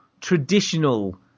traditional